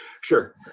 sure